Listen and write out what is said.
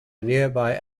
nearby